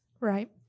Right